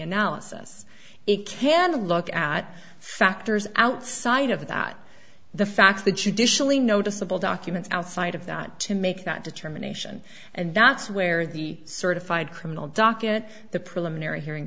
analysis it can look at factors outside of that the facts the judicial a noticeable documents outside of that to make that determination and that's where the certified criminal docket the preliminary hearing